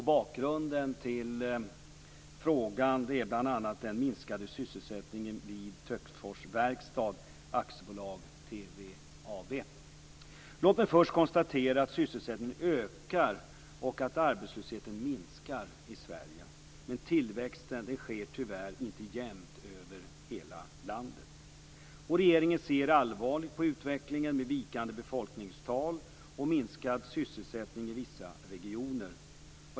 Bakgrunden till frågan är bl.a. den minskade sysselsättningen vid Låt mig först konstatera att sysselsättningen ökar och att arbetslösheten minskar i Sverige. Men tillväxten sker tyvärr inte jämnt över hela landet. Regeringen ser allvarligt på utvecklingen med vikande befolkningstal och minskad sysselsättning i vissa regioner.